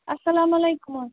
اَسلامُ علیکُم